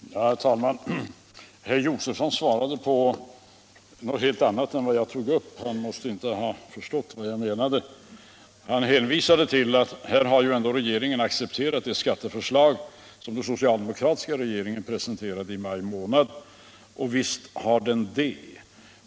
Herr talman! Herr Josefson svarade på något helt annat än det jag tog upp. Han måtte inte ha förstått vad jag menade. Han hänvisade till att regeringen har accepterat det skatteförslag som den socialdemokratiska regeringen presenterade i maj månad, och visst har den det.